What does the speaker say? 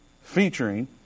featuring